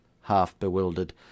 half-bewildered